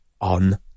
on